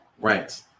right